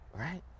Right